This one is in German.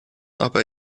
aber